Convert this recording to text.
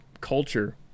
culture